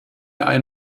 ein